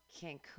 Cancun